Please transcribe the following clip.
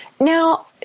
Now